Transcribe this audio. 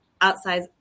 outside